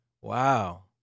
Wow